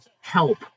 help